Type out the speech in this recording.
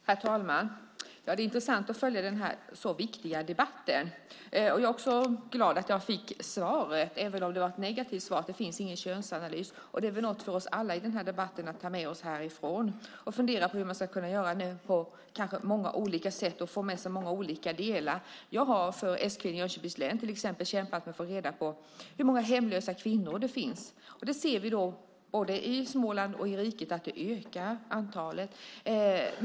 Herr talman! Det är intressant att följa denna viktiga debatt. Jag är också glad att jag fick svaret, även om det var negativt, att det inte finns någon könsanalys. Det är väl något för oss alla i denna debatt att ta med oss härifrån och fundera på hur man ska kunna göra detta kanske på många olika sätt och få med sig många olika delar. Jag har för s-kvinnor i Jönköpings län till exempel kämpat för att få reda på hur många hemlösa kvinnor det finns. Vi ser både i Småland och i hela riket att antalet ökar.